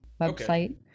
website